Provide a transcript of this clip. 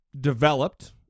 developed